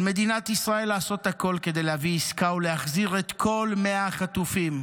על מדינת ישראל לעשות הכול כדי להביא עסקה ולהחזיר את כל 100 החטופים,